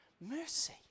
mercy